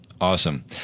Awesome